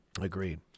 Agreed